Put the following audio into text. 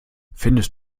findest